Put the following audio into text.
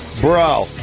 Bro